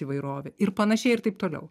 įvairovę ir panašiai ir taip toliau